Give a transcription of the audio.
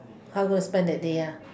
how do I spend that day ah